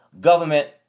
government